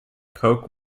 koch